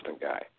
guy